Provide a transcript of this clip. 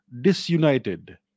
disunited